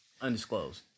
Undisclosed